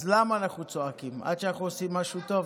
אז למה אנחנו צועקים עד שאנחנו עושים משהו טוב?